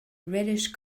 reddish